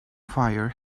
fire